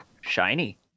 shiny